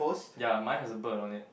ya mine has a bird on it